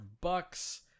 bucks